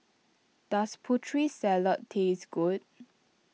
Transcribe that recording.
does Putri Salad taste good